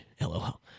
LOL